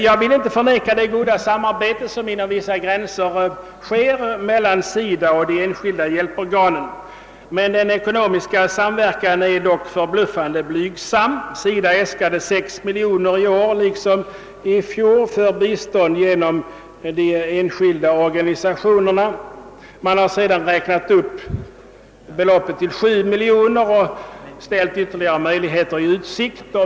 Jag vill inte förneka det goda samarbete som inom vissa gränser sker mellan SIDA och de enskilda hjälporganen, men den ekonomiska samverkan är dock förbluffande blygsam. SIDA äskade i år liksom i fjol 6 miljoner för bistånd genom de enskilda organisationerna. Beloppet har sedan räknats upp till 7 miljoner och ytterligare har ställts i utsikt.